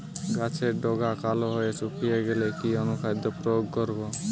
গাছের ডগা কালো হয়ে শুকিয়ে গেলে কি অনুখাদ্য প্রয়োগ করব?